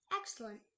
Excellent